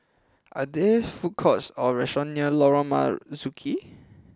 are there food courts or restaurants near Lorong Marzuki